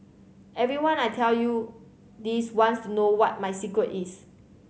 everyone I tell you this wants to know what my secret is